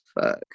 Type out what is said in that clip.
fuck